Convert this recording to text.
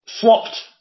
Flopped